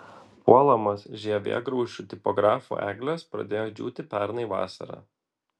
puolamos žievėgraužių tipografų eglės pradėjo džiūti pernai vasarą